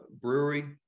brewery